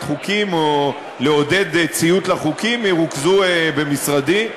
חוקים או לעידוד ציות לחוקים ירוכזו במשרדי,